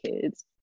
kids